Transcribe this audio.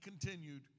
continued